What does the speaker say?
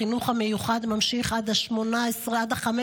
החינוך המיוחד ממשיך עד 15 באוגוסט.